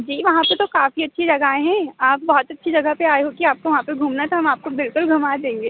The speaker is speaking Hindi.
जी वहाँ पे तो काफ़ी अच्छी जगाएँ हैं आप बहुत अच्छी जगह पे आए हो कि आपको वहाँ पे घूमना तो हम आपको बिल्कुल घुमा देंगे